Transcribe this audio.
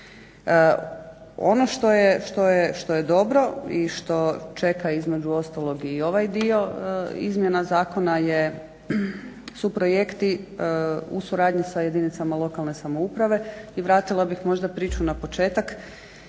Ono što je dobro i što čeka između ostalog i ovaj dio izmjena zakona su projekti u suradnji sa jedinicama lokalne samouprave i vratila bih možda priču na početak.